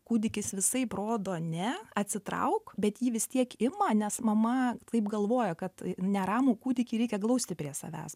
kūdikis visaip rodo ne atsitrauk bet jį vis tiek ima nes mama taip galvoja kad neramų kūdikį reikia glausti prie savęs